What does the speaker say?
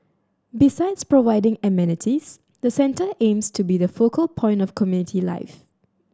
besides providing amenities the centre aims to be the focal point of community life